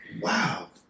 Wow